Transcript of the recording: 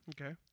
Okay